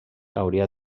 hauria